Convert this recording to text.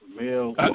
male